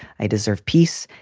i deserve peace.